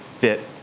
fit